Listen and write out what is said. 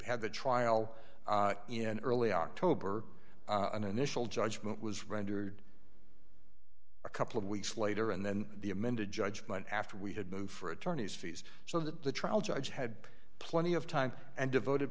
the trial in early october an initial judgment was rendered a couple of weeks later and then the amended judgment after we had moved for attorney's fees so that the trial judge had plenty of time and devoted